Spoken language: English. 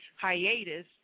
hiatus